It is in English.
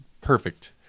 perfect